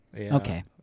okay